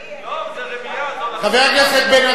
לא, זה רמייה, חבר הכנסת בן-ארי.